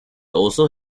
also